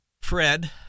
Fred